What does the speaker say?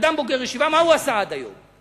אדם בוגר ישיבה, מה הוא עשה עד היום?